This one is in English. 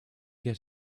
get